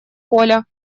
коля